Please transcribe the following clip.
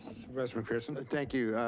supervisor mcpherson. thank you,